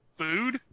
Food